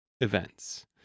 events